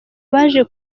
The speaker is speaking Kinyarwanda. baje